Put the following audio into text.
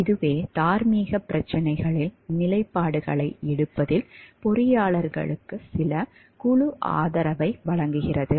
இதுவே தார்மீக பிரச்சினைகளில் நிலைப்பாடுகளை எடுப்பதில் பொறியாளர்களுக்கு சில குழு ஆதரவை வழங்குகிறது